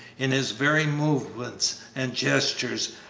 in his very movements and gestures,